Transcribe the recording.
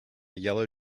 yellow